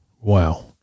Wow